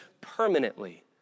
permanently